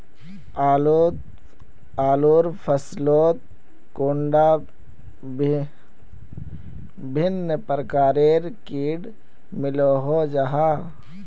आलूर फसलोत कैडा भिन्न प्रकारेर किट मिलोहो जाहा?